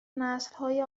نسلهای